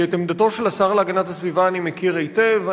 כי את עמדתו של השר להגנת הסביבה אני מכיר היטב.